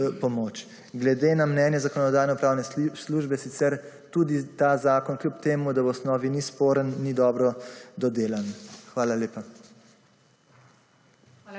pomoč. Glede na mnenje Zakonodajno-pravne službe sicer tudi ta zakon kljub temu, da v osnovi ni sporen, ni dobro dodelan. Hvala lepa.